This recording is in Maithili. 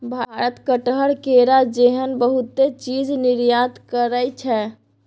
भारत कटहर, केरा जेहन बहुते चीज निर्यात करइ छै